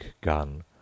gun